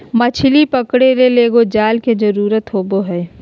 मछली पकरे ले एगो जाल के जरुरत होबो हइ